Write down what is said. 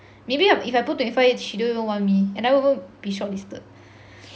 maybe if I put twenty five she don't even want me and I won't even be shortlisted